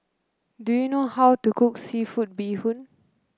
do you know how to cook seafood Bee Hoon